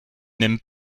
n’aiment